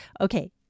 Okay